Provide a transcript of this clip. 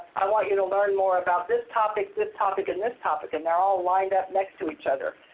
i want you to learn more about this topic, this topic, and this topic, and they're all lined up next to each other.